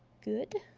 good.